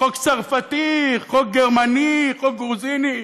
חוק צרפתי, חוק גרמני, חוק גרוזיני.